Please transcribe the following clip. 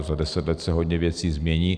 Za deset let se hodně věcí změní.